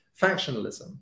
factionalism